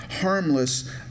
harmless